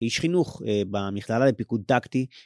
איש חינוך במכללה לפיקוד טקטי.